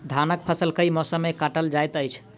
धानक फसल केँ मौसम मे काटल जाइत अछि?